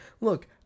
Look